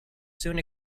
soon